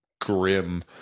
grim